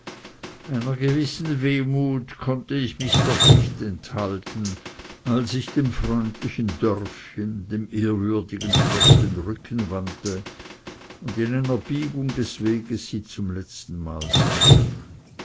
einer gewissen wehmut konnte ich mich doch nicht enthalten als ich dem freundlichen dörfchen dem ehrwürdigen schloß den rücken wandte und in einer biegung des weges sie zum letzten mal sah